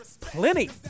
Plenty